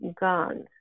guns